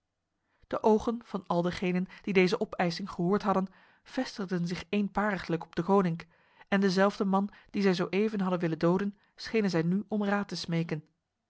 de ogen van al degenen die deze opeising gehoord hadden vestigden zich eenpariglijk op deconinck en dezelfde man die zij zo even hadden willen doden schenen zij nu om raad te smeken